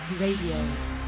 Radio